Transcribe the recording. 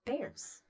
bears